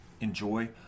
enjoy